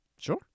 Sure